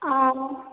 ஆ ma'am